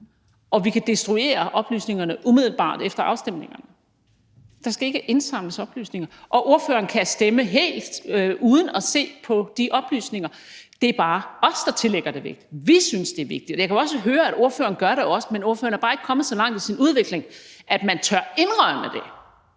Og vi kan destruere oplysningerne umiddelbart efter afstemningerne. Der skal ikke indsamles oplysninger. Og ordføreren kan stemme helt uden at se på de oplysninger; det er bare os, der tillægger dem vægt. Vi synes, det er vigtigt. Jeg kan jo høre, at ordføreren også gør det, men ordføreren er bare ikke kommet så langt i sin udvikling, at han tør indrømme det.